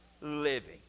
living